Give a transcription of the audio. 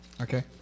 Okay